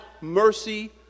mercy